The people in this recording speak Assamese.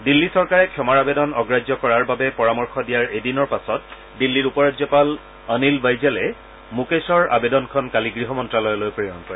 দিল্লী চৰকাৰে ক্ষমাৰ আবেদন অগ্ৰাহ্য কৰাৰ বাবে পৰামৰ্শ দিয়াৰ এদিনৰ পাছত দিল্লীৰ উপ ৰাজ্যপাল অনিল বাইজালে মুকেশৰ আবেদনখন কালি গৃহ মন্ত্যালয়লৈ প্ৰেৰণ কৰে